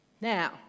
Now